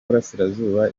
burasirazuba